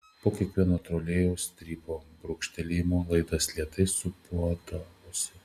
po kiekvieno trolėjaus strypo brūkštelėjimo laidas lėtai sūpuodavosi